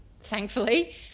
thankfully